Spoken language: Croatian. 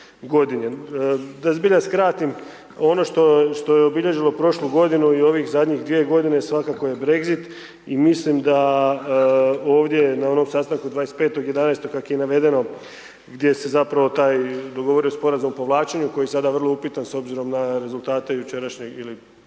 Da zbilja skratim, ono što je obilježilo prošlu godinu i ovih zadnjih 2 g. svakako je Brexit i mislim da ovdje na onom sastanku 25.11. kako je navedeno gdje se zapravo taj dogovorio sporazum o povlačenju koji je sada vrlo upitan s obzirom na rezultate jučerašnje ili